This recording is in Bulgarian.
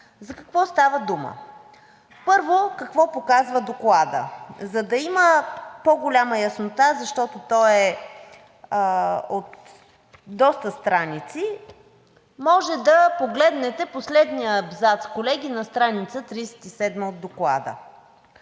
За какво става дума? Първо, какво показва Докладът? За да има по-голяма яснота, защото той е от доста страници, може да погледнете последния абзац, колеги, на стр. 37 от Доклада,